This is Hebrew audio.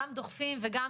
גם דוחפים וגם